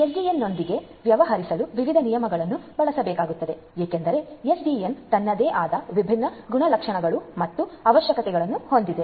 ಎಸ್ಡಿಎನ್ನೊಂದಿಗೆ ವ್ಯವಹರಿಸಲು ವಿವಿಧ ನಿಯಮಗಳನ್ನು ಬಳಸಬೇಕಾಗುತ್ತದೆ ಏಕೆಂದರೆ ಎಸ್ಡಿಎನ್ ತನ್ನದೇ ಆದ ವಿಭಿನ್ನ ಗುಣಲಕ್ಷಣಗಳು ಮತ್ತು ಅವಶ್ಯಕತೆಗಳನ್ನು ಹೊಂದಿದೆ